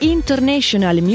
International